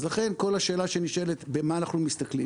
לכן כל השאלה שנשאלת היא על מה אנחנו מסתכלים.